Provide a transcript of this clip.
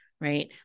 Right